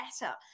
better